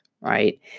right